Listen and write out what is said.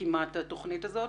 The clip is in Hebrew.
רקימת התוכנית הזאת